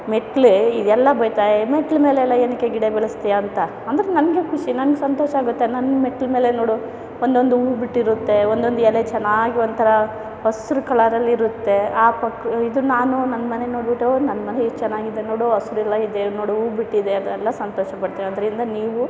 ಮೆಟ್ಟಲೇ ಎಲ್ಲ ಬೈತಾರೆ ಮೆಟ್ಲು ಮೇಲೆ ಎಲ್ಲ ಏತಕ್ಕೆ ಗಿಡ ಬೆಳೆಸ್ತೀಯ ಅಂತ ಅಂದರೆ ನನಗೆ ಖುಷಿ ನನ್ಗೆ ಸಂತೋಷ ಆಗುತ್ತೆ ನನ್ನ ಮೆಟ್ಲು ಮೇಲೆ ನೋಡು ಒಂದೊಂದು ಹೂ ಬಿಟ್ಟಿರುತ್ತೆ ಒಂದೊಂದು ಎಲೆ ಚೆನ್ನಾಗಿ ಒಂಥರ ಹಸಿರು ಕಲರಲ್ಲಿ ಇರುತ್ತೆ ಆ ಪಕ್ಕ ಇದು ನಾನು ನನ್ನ ಮನೆ ನೋಡಿಬಿಟ್ಟು ನನ್ನ ಮನೆ ಎಷ್ಟು ಚೆನ್ನಾಗಿದೆ ನೋಡು ಹಸಿರೆಲ್ಲ ಇದೆ ನೋಡು ಹೂವು ಬಿಟ್ಟಿದೆ ಅದೆಲ್ಲ ಸಂತೋಷಪಡ್ತೀನಿ ಅದರಿಂದ ನೀವು